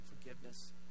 forgiveness